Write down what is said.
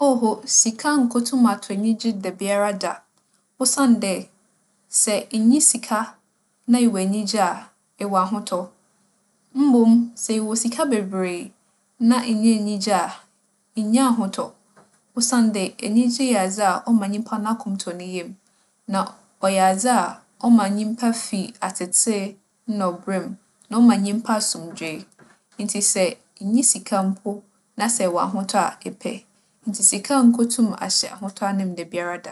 Oho, sika nnkotum atͻ enyigye dabiara da. Osiandɛ sɛ innyi sika na ewͻ enyigye a, ewͻ ahotͻ. Mbom sɛ ewͻ sika beberee na innyi enyigye a, innyi ahotͻ osiandɛ enyigye yɛ adze a ͻma nyimpa n'akom tͻ ne yamu. Na ͻyɛ adze a ͻma nyimpa fi atsetsee na ͻberɛ mu, na ͻma nyimpa asomdwee. Ntsi sɛ innyi sika mpo na sɛ ewͻ ahotͻ a, epɛ. Ntsi sika nnkotum ahyɛ ahotͻ anan mu dabiara da.